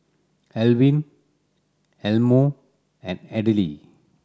Alwin Elmo and Adele